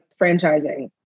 franchising